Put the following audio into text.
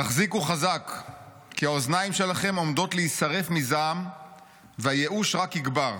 תחזיקו חזק כי האוזניים שלכם עומדות להישרף מזעם והייאוש רק יגבר,